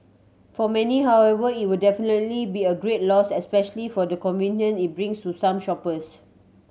for many however it'll definitely be a great loss especially for the convenience it brings to some shoppers